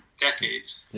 decades